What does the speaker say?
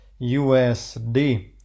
USD